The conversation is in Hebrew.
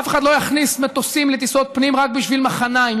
אף אחד לא יכניס מטוסים לטיסות פנים רק בשביל מחניים.